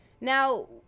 Now